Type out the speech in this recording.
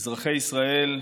אזרחי ישראל,